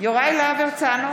יוראי להב הרצנו,